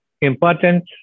important